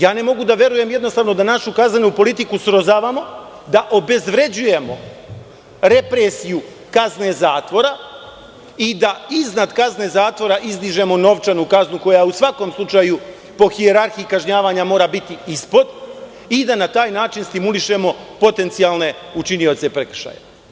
Jednostavno ne mogu da verujem jednostavno da našu kaznenu politiku srozavamo, da obezvređuje represiju kazne zatvora i da iznad kazne zatvora izdižemo novčanu kaznu, koja u svakom slučaju po hijerarhiji kažnjavanja mora biti ispod i da na taj način stimulišemo potencijalne učinioce prekršaja.